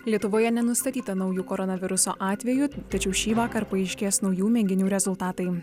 lietuvoje nenustatyta naujų koronaviruso atvejų tačiau šįvakar paaiškės naujų mėginių rezultatai